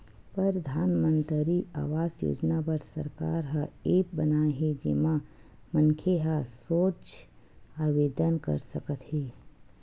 परधानमंतरी आवास योजना बर सरकार ह ऐप बनाए हे जेमा मनखे ह सोझ आवेदन कर सकत हे